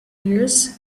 ears